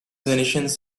venetians